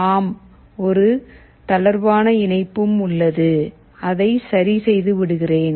ஆம் ஒரு தளர்வான இணைப்பு உள்ளது அதை சரி செய்து விடுகிறேன்